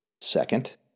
Second